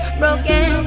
broken